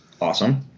Awesome